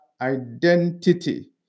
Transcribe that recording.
identity